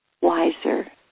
wiser